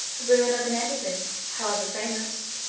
the ruin of an edifice, however famous,